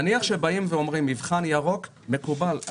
נניח ואומרים מבחן ירוק מקובל.